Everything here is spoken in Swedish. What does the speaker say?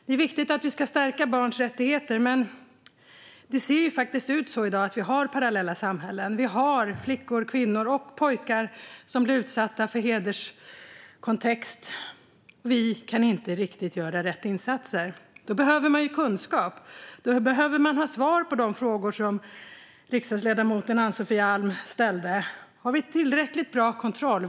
Det är viktigt att vi ska stärka barns rättigheter, men det ser i dag faktiskt ut så att vi har parallella samhällen. Vi har flickor, kvinnor och pojkar som blir utsatta för hederskontext, och vi kan inte riktigt göra rätt insatser. Då behöver man kunskap. Då behöver man ha svar på de frågor som riksdagsledamoten Ann-Sofie Alm ställde. Har vi tillräckligt bra kontroll?